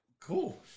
cool